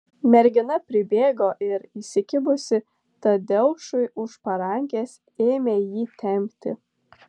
mergina pribėgo ir įsikibusi tadeušui už parankės ėmė jį tempti